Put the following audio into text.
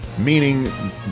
meaning